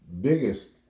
biggest